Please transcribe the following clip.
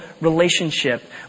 relationship